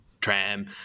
tram